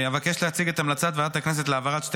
אבקש להציג את המלצת ועדת הכנסת להעברת שתי